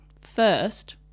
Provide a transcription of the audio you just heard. first